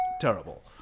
Terrible